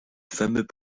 fameux